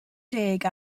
deg